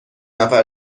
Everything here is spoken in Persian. نفر